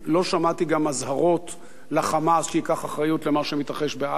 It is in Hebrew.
לא שמעתי גם אזהרות ל"חמאס" שייקח אחריות למה שמתרחש בעזה.